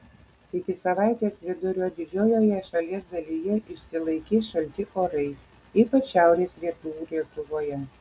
iki savaitės vidurio didžiojoje šalies dalyje išsilaikys šalti orai ypač šiaurės rytų lietuvoje